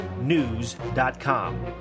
news.com